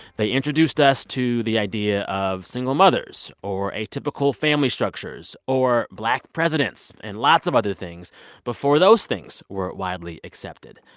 they introduced us to the idea of single mothers or atypical family structures or black presidents and lots of other things before those things were widely accepted.